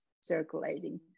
circulating